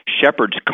shepherds